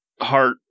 heart